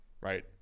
right